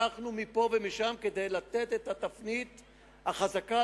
לקחנו מפה ומשם כדי לתת את התפנית החזקה,